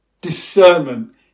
Discernment